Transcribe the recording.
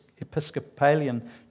Episcopalian